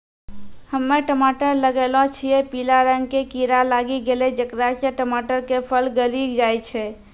हम्मे टमाटर लगैलो छियै पीला रंग के कीड़ा लागी गैलै जेकरा से टमाटर के फल गली जाय छै?